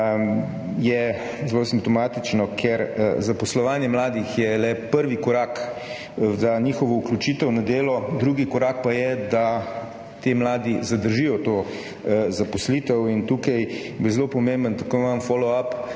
je zelo simptomatično, ker zaposlovanje mladih je le prvi korak za njihovo vključitev na delo, drugi korak pa je, da ti mladi zadržijo to zaposlitev. Tukaj bo zelo pomemben tako imenovan follow-up